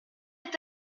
est